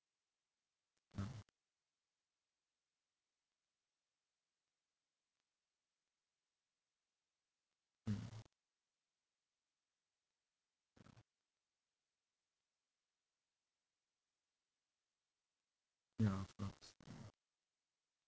ah mm ya